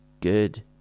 good